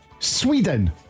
Sweden